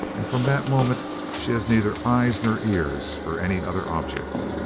and from that moment she has neither eyes nor ears for any other object.